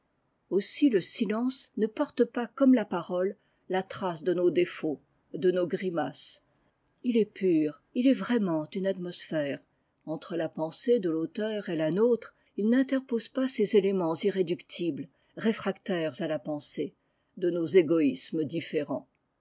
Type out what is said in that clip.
aussi le silence ne porte pas comme la parole la trace de nos défauts de nos grimaces il est pur il est vraiment une atmosphère entre la pensée de l'auteur et la nôtre il n'interpose pas ces éléments irréductibles réfractaires à la pensée de nos égoïsmes din'érents